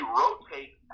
rotate